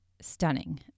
stunning